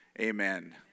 amen